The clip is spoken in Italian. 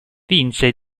vinse